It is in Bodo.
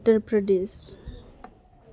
उत्तर प्रदेश